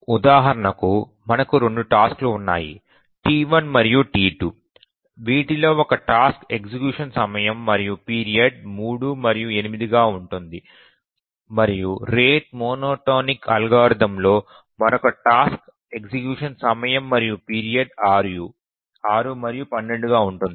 ఉదాహరణకు మనకు 2 టాస్క్లు ఉన్నాయి T1 మరియు T2 వీటిలో ఒక టాస్క్ ఎగ్జిక్యూషన్ సమయం మరియు పీరియడ్ 3 మరియు 8 గా ఉంటుంది మరియు రేట్ మోనోటానిక్ అల్గోరిథం లో మరొక టాస్క్ ఎగ్జిక్యూషన్ సమయం మరియు పీరియడ్ 6 మరియు 12గా ఉంటుంది